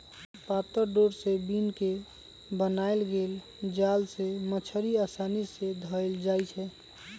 पातर डोरा से बिन क बनाएल गेल जाल से मछड़ी असानी से धएल जाइ छै